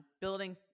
building